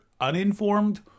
uninformed